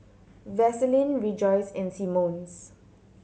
Vaseline Rejoice and Simmons